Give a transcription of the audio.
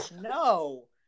no